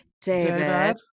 David